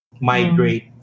migrate